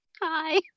Hi